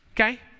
okay